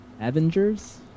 Avengers